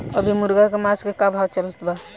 अभी मुर्गा के मांस के का भाव चलत बा?